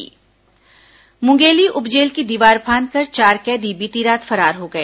कैदी फरार मुंगेली उप जेल की दीवार फांदकर चार कैदी बीती रात फरार हो गए